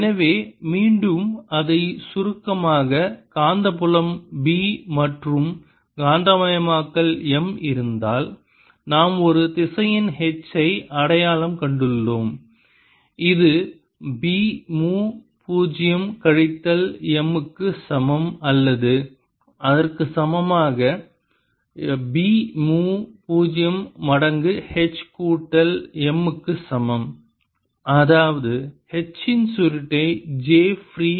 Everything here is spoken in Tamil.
எனவே மீண்டும் அதைச் சுருக்கமாக காந்தப்புலம் B மற்றும் காந்தமயமாக்கல் M இருந்தால் நாம் ஒரு திசையன் H ஐ அடையாளம் கண்டுள்ளோம் இது B மு பூஜ்யம் கழித்தல் M க்கு சமம் அல்லது அதற்கு சமமாக B மு பூஜ்ஜிய மடங்கு H கூட்டல் M க்கு சமம் அதாவது H இன் சுருட்டை j ஃப்ரீ